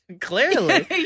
Clearly